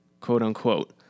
Quote-unquote